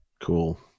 cool